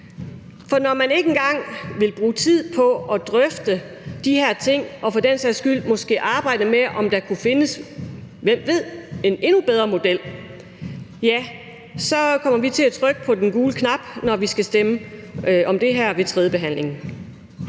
For når man ikke engang vil bruge tid på at drøfte de her ting og for den sags skyld måske arbejde med, om der kunne findes, hvem ved, en endnu bedre model, ja, så kommer vi til at trykke på den gule knap, når vi skal stemme om det her ved tredjebehandlingen.